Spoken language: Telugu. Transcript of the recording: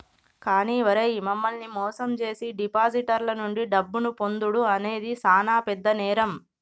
కానీ ఓరై మనల్ని మోసం జేసీ డిపాజిటర్ల నుండి డబ్బును పొందుడు అనేది సాన పెద్ద నేరం